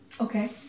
Okay